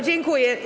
Dziękuję.